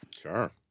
Sure